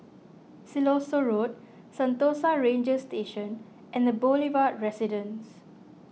Siloso Road Sentosa Ranger Station and the Boulevard Residence